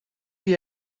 die